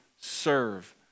serve